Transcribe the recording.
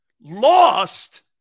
Lost